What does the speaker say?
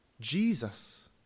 Jesus